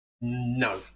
no